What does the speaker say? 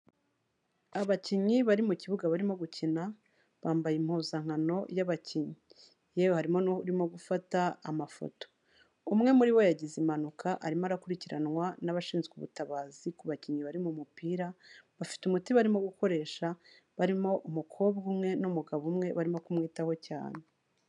Abakinnyi bari mu kibuga barimo gukina, bambaye impuzankano y'abakinnyi, yewe harimo n'urimo gufata amafoto, umwe muri bo yagize impanuka arimo arakurikiranwa n'abashinzwe ubutabazi ku bakinnyi bari mu mupira, bafite umuti barimo gukoresha barimo umukobwa umwe n'umugabo umwe barimo kumwitaho cyane.